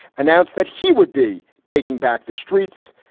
announced that he would be taking back the streets,